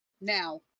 Now